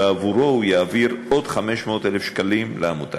ובעבורו הוא יעביר עוד 500,000 שקלים לעמותה.